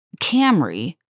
Camry